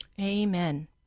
amen